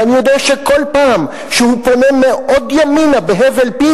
ואני יודע שבכל פעם שהוא פונה מאוד ימינה בהבל פיו,